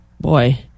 boy